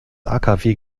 akw